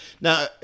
Now